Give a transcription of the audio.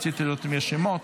רציתי לראות אם יש שמות,